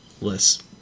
less